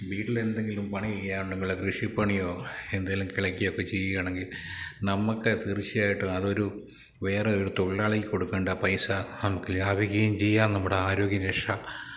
വീട്ടിലെ എന്തെങ്കിലും പണി ചെയ്യാനുണ്ടെങ്കിൽ കൃഷിപ്പണിയോ എന്തേലും കിളക്കുകയോ ഒക്കെ ചെയ്യാണെങ്കില് നമ്മള്ക്ക് തീർച്ചയായിട്ടും അതൊരു വേറൊരു തൊഴിലാളിക്ക് കൊടുക്കേണ്ട പൈസ നമുക്ക് ലാഭിക്കുകയും ചെയ്യാം നമ്മുടെ ആരോഗ്യരക്ഷ